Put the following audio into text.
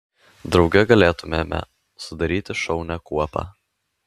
drauge galėtumėme sudaryti šaunią kuopą